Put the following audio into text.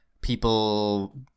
people